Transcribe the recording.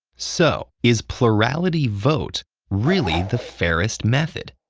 so is plurality vote really the fairest method?